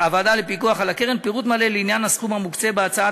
לפיקוח על הקרן פירוט מלא לעניין הסכום המוקצה בהצעת